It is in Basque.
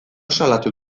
salatu